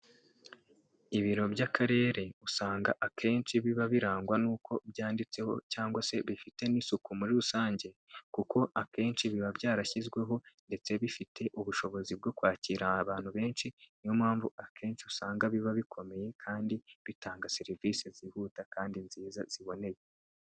Ibiro by'akarere usanga akenshi biba birangwa n'uko byanditseho cyangwa se bifite n'isuku muri rusange, kuko akenshi biba byarashyizweho ndetse bifite ubushobozi bwo kwakira abantu benshi niyo mpamvu akenshi usanga biba bikomeye kandi bitanga serivisi zihuta kandi nziza ziboneye.